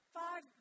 five